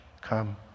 come